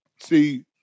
see